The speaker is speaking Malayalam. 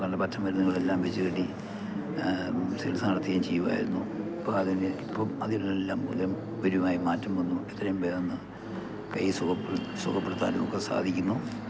പല പച്ചമരുന്നുകളെല്ലാം വച്ചു കെട്ടി ചികിത്സ നടത്തുകയും ചെയ്യുമായിരുന്നു ഇപ്പോൾ അതിന് ഇപ്പം അതിനെല്ലാം മൂലം വലുതായി മാറ്റം വന്നു എത്രയും വേഗം കൈ സുഖം സുഖപെടുത്താനും ഒക്കെ സാധിക്കുന്നു